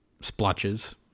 splotches